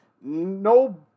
No